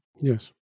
Yes